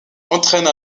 entraîne